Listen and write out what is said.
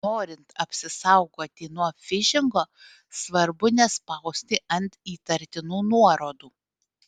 norint apsisaugoti nuo fišingo svarbu nespausti ant įtartinų nuorodų